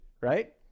right